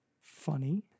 funny